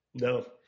No